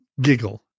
giggle